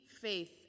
faith